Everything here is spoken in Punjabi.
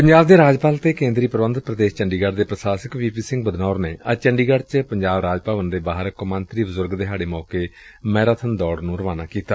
ਪੰਜਾਬ ਦੇ ਰਾਜਪਾਲ ਅਤੇ ਕੇਂਦਰੀ ਪ੍ਬੰਧਕ ਪ੍ਦੇਸ਼ ਚੰਡੀਗੜੁ ਦੇ ਪ੍ਸ਼ਾਸਕ ਵੀ ਪੀ ਸਿੰਘ ਬਦਨੌਰ ਨੇ ਅੱਜ ਚੰਡੀਗੜ੍ਹ ਚ ਪੰਜਾਬ ਰਾਜ ਭਵਨ ਦੇ ਬਾਹਰ ਕੌਮਾਂਤਰੀ ਬਜੁਰਗ ਦਿਹਾੜੇ ਮੌਕੇ ਮੈਰਾਬਨ ਦੌੜ ਨੂੰ ਰਵਾਨਾ ਕੀਤਾ